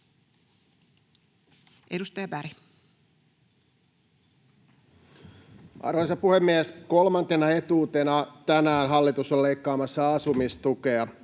Content: Arvoisa puhemies! Kolmantena etuutena tänään hallitus on leikkaamassa asumistukea.